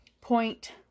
point